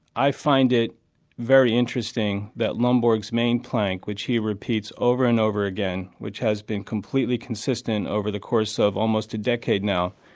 i find it very interesting that lomborg's main plank which he repeats over and over again which has been completely consistent over the course of almost a decade now,